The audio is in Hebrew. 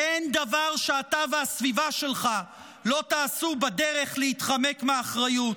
אין דבר שאתה והסביבה שלך לא תעשו בדרך להתחמק מאחריות.